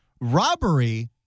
Robbery